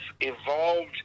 evolved